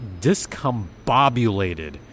discombobulated